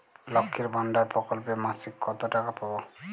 লক্ষ্মীর ভান্ডার প্রকল্পে মাসিক কত টাকা পাব?